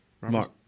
Mark